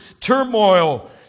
turmoil